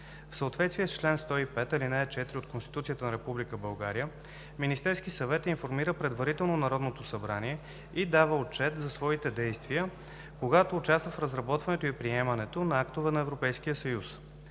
В съответствие с член 105, ал. 4 от Конституцията на Република България Министерският съвет информира предварително Народното събрание и дава отчет за своите действия, когато участва в разработването и приемането на актове на Европейския съюз.